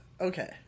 Okay